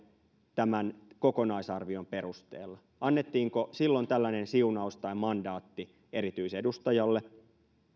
tämän kokonaisarvion perusteella annettiinko silloin tällainen siunaus tai mandaatti erityisedustajalle